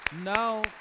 now